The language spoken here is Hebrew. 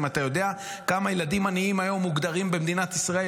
אם אתה יודע כמה ילדים עניים היום מוגדרים במדינת ישראל.